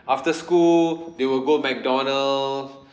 after school they will go mcdonald